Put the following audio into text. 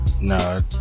no